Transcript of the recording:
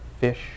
fish